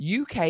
UK